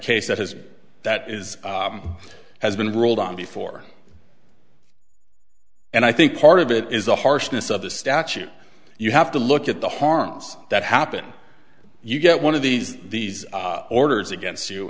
case that has that is has been ruled on before and i think part of it is the harshness of the statute you have to look at the harms that happen you get one of these these orders against you